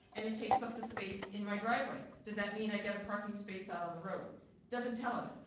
and it takes up the space in my driveway. does that mean i get a parking space out on the road? it doesn't tell us.